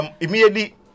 immediately